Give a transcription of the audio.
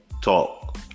talk